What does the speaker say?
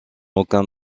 aucun